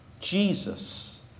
Jesus